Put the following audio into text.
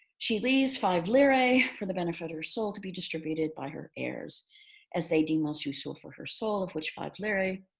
she leaves five lire for the benefit of her soul to be distributed by her heirs as they deem most useful for her soul of which five lire,